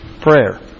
prayer